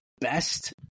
best